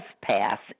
pass